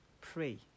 Pray